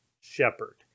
shepherd